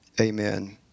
Amen